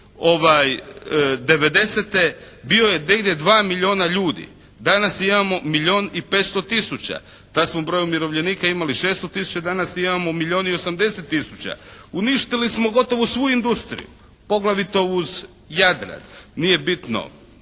'90. bio je negdje 2 milijuna ljudi. Danas imamo milijun i 500 tisuća. Kad smo broj umirovljenika imali 600 tisuća danas imamo milijun i 80 tisuća. Uništili smo gotovo svu industriju, poglavito uz Jadran, nije bitno,